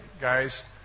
guys